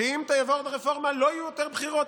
שאם תעבור הרפורמה לא יהיו יותר בחירות.